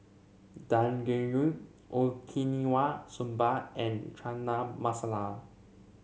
Dangojiru Okinawa Soba and Chana Masala